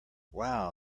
wow